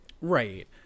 Right